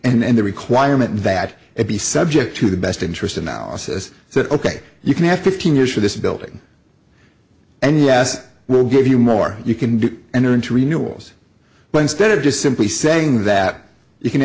the requirement that it be subject to the best interest analysis that ok you can have fifteen years for this building and yes we'll give you more you can enter into renewables but instead of just simply saying that you can